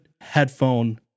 headphone